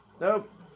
nope